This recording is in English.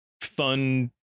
fun